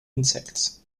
insects